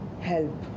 help